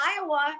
iowa